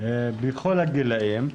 בכל הגילאים,